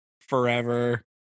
forever